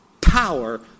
power